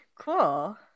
Cool